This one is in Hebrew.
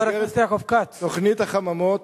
במסגרת תוכנית החממות,